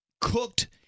cooked